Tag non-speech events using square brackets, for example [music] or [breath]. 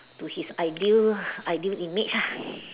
to his ideal ideal image ah [breath]